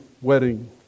wedding